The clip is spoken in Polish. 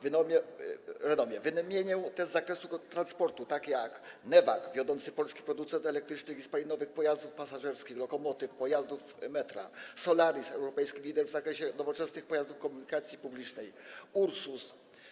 Wymienię te z zakresu transportu, takie jak Newag, wiodący polski producent elektrycznych i spalinowych pojazdów pasażerskich, lokomotyw, pojazdów metra, Solaris, europejski lider w zakresie nowoczesnych pojazdów komunikacji publicznej, Ursus.